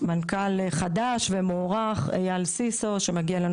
מנכ"ל חדש ומוערך אייל סיסו שמגיע אלינו